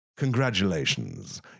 Congratulations